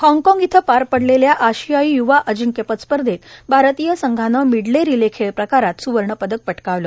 हॉगकाँग इथं पार पडलेल्या आशियाई य्वा अजिंक्यपद स्पर्धेत भारतीय संघानं मीडले रीले खेळ प्रकारात स्वर्णपदकं पटकावलं